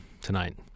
tonight